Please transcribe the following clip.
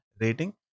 rating